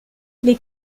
les